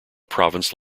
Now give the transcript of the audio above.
province